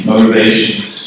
Motivations